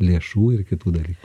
lėšų ir kitų dalykų